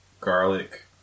garlic